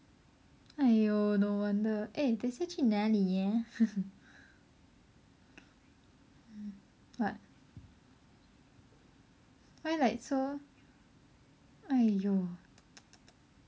!aiyo! no wonder eh 等一下去哪里 ah what why like so !aiyo!